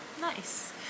Nice